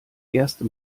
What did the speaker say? erste